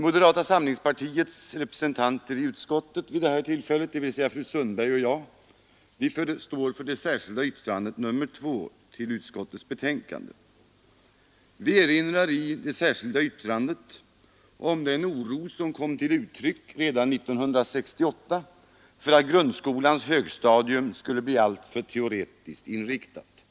Moderata samlingspartiets representanter i utskottet vid behandlingen av detta ärende, fru Sundberg och jag, står för det särskilda yttrandet nr 2 vid utskottets betänkande. Vi erinrar i det särskilda yttrandet om den oro som kom till uttryck redan 1968 för att grundskolans högstadium skulle bli alltför teoretiskt inriktat.